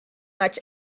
much